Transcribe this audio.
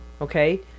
okay